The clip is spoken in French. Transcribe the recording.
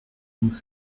nous